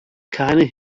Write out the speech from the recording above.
keine